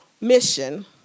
mission